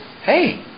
hey